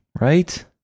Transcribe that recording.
right